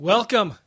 Welcome